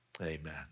Amen